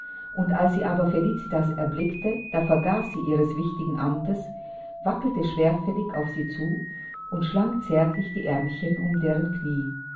sollte als sie aber felicitas erblickte da vergaß sie ihres wichtigen amtes wackelte schwerfällig auf sie zu und schlang zärtlich die aermchen um deren knie